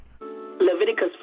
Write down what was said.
Leviticus